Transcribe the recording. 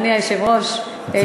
אדוני היושב-ראש, תודה רבה לך.